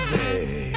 day